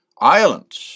Ireland